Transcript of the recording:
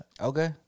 Okay